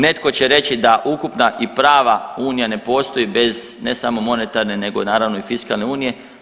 Netko će reći da ukupna i prava unija ne postoji bez ne samo monetarne nego naravno i fiskalne unije.